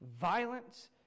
violence